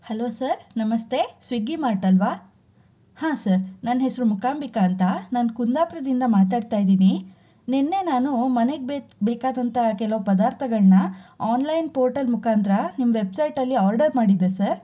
hello sir ನಮಸ್ತೆ Swiggy mart ಅಲ್ವಾ ಹಾಂ ಸರ್ ನನ್ನ ಹೆಸರು ಮೂಕಾಂಬಿಕಾ ಅಂತ ನಾನು ಕುಂದಾಪುರದಿಂದ ಮಾತಾಡ್ತಾ ಇದ್ದೀನಿ ನಿನ್ನೆ ನಾನು ಮನೆಗೆ ಬೇ ಬೇಕಾದಂತಹ ಕೆಲವು ಪದಾರ್ಥಗಳನ್ನ ಆನ್ಲೈನ್ ಪೋರ್ಟಲ್ ಮುಖಾಂತರ ನಿಮ್ಮ ವೆಬ್ಸೈಟಲ್ಲಿ ಆರ್ಡರ್ ಮಾಡಿದ್ದೆ ಸರ್